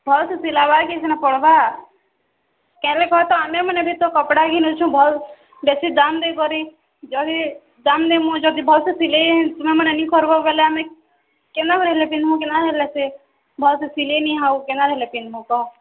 ଭଲ୍ସେ ସିଲାବାକେ ସିନା ପଡ଼୍ବା କେଁଯେ କହ ତ ଆମେ ମାନେ ବି ତ କପ୍ଡ଼ା ଘିନୁଛୁ ଭଲ୍ ବେଶି ଦାମ୍ ଦେଇକରି ଯଦି ଦାମ୍ ଦେମୁ ଆର୍ ଯଦି ଭଲ୍ସେ ସିଲେଇ ତୁମେମାନେ ନିକର୍ବ ବଲେ ଆମେ କେନ୍ତା କରି ହେଲେ ପିନ୍ଧ୍ମୁ କେନ୍ତା କରି ହେଲେ ସେ ଭଲ୍ସେ ସିଲେଇନି ଆଉ କେନ୍ତା କରି ହେଲେ ପିନ୍ଧ୍ମୁ କହ